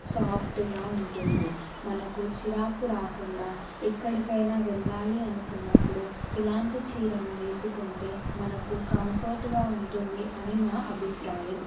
సాఫ్ట్గా ఉంటుంది మనకు చిరాకు రాకుండా ఎక్కడికైనా వెళ్ళాలి అనుకున్నప్పుడు ఇలాంటి చీరను వేసుకుంటే మనకు కంఫర్ట్గా ఉంటుంది అని నా అభిప్రాయం